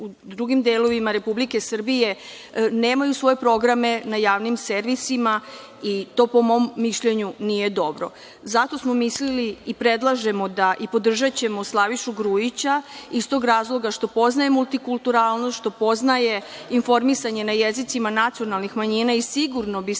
u drugim delovima Republike Srbije nemaju svoje programe na javnim servisima i to, po mom mišljenju, nije dobro. Zato smo mislili i predlažemo i podržaćemo Slavišu Grujića iz tog razloga što poznaje multikulturalnost, što poznaje informisanje na jezicima nacionalnih manjina i sigurno bi se